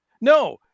No